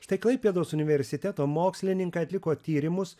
štai klaipėdos universiteto mokslininkai atliko tyrimus